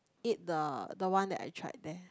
eat the the one I tried there